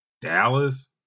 Dallas